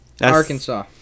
Arkansas